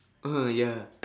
(uh huh) ya